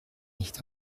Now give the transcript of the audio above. nicht